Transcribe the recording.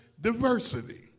diversity